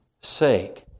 sake